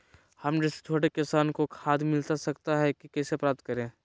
हम जैसे छोटे किसान को खाद मिलता सकता है तो कैसे प्राप्त करें?